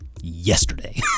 Yesterday